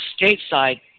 stateside –